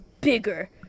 bigger